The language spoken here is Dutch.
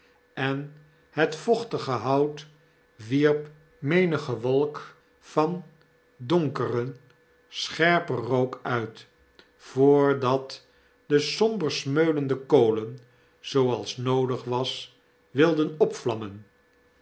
en het vochtige hout wierp menige wolk van donkeren scherpen rook uit voordatde somber smeulende kolen zooals noodig was wilden opvlammen